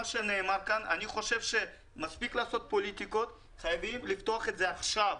מספיק לעשות פוליטיקות, חייבים לפתוח את זה עכשיו.